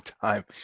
time